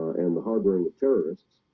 and the hard-wearing of terrorists